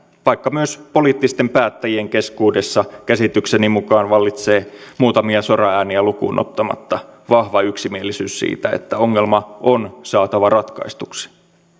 vaikka myös poliittisten päättäjien keskuudessa käsitykseni mukaan vallitsee muutamia soraääniä lukuun ottamatta vahva yksimielisyys siitä että ongelma on saatava ratkaistuksi